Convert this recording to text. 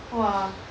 !wah!